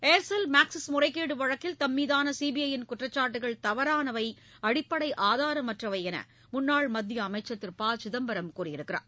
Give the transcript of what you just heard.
Aircel Maxis முறைகேடு வழக்கில் தம்மீதான சிபிஐயின் குற்றச்சாட்டுகள் தவறானவை அடிப்படை ஆதாரமற்றவை என்று முன்னாள் மத்திய அமைச்சர் திரு ப சிதம்பரம் கூறியுள்ளார்